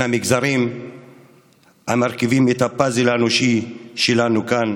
המגזרים המרכיבים את הפאזל האנושי שלנו כאן,